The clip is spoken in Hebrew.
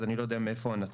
אז אני לא יודע מאיפה הנתון.